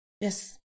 Yes